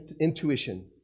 intuition